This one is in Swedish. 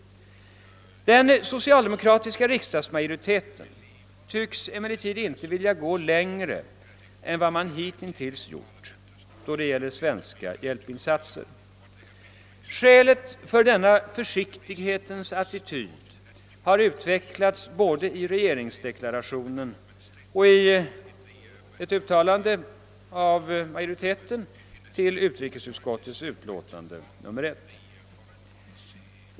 Den socialdemokratiska riksdagsmajoriteten tycks emellertid inte vilja gå längre än man hittills gjort i fråga om svenska hjälpinsatser. Skälet för denna försiktighetens attityd har utvecklats både i regeringsdeklarationen och i ett uttalande av majoriteten i utrikesutskottets utlåtande nr 1.